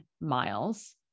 miles